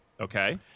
Okay